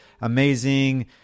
amazing